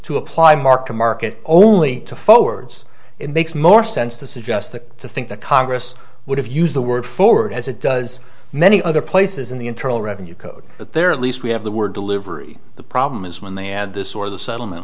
to apply mark to market only to forwards and makes more sense to suggest that to think that congress would have used the word forward as it does many other places in the internal revenue code but there are at least we have the word delivery the problem is when they add this or the settlement